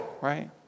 right